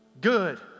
Good